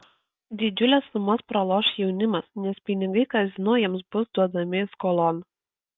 didžiules sumas praloš jaunimas nes pinigai kazino jiems bus duodami skolon